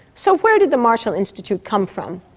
so where did the marshall institute come from?